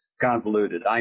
convoluted